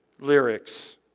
lyrics